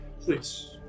Please